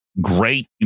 great